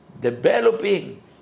developing